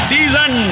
Season